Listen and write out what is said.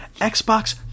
Xbox